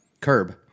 Curb